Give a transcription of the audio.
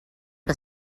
que